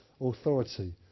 authority